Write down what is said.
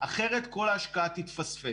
אחרת כל ההשקעה תתפספס.